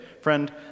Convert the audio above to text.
Friend